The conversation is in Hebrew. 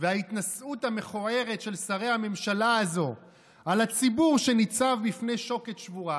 וההתנשאות המכוערת של שרי הממשלה הזאת על הציבור שניצב בפני שוקת שבורה,